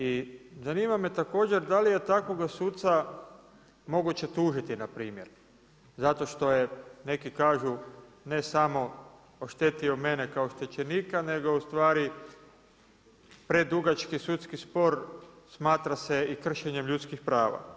I zanima me također, da li je takvoga suca moguće tužiti, na primjer, zato što je neki kažu ne samo oštetio mene kao oštećenika, nego ustvari predugački sudski spor, smatra se i kršenje ljudskih prava.